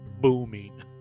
booming